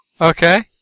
okay